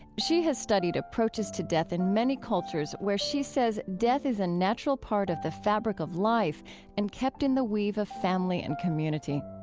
she has studied approaches to death in many cultures where she says death is a natural part of the fabric of life and kept in the weave of family and community.